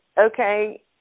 okay